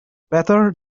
better